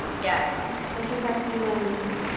yes. motion passes unanimously.